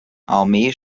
armee